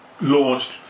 launched